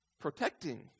protecting